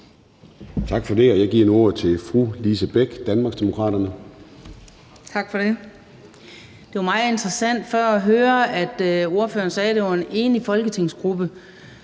Tak for det. Jeg giver nu ordet til fru Lise Bech, Danmarksdemokraterne. Kl. 14:26 Lise Bech (DD): Tak for det. Det var meget interessant før at høre ordføreren sige, at det var en enig folketingsgruppe,